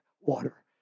water